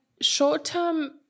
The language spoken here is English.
short-term